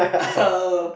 oh